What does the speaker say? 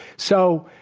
so,